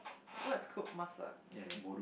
what's cook masak okay